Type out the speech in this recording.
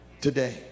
Today